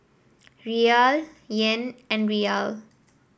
Riyal Yen and Riyal